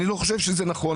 אני לא חושב שזה נכון.